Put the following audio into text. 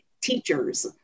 teachers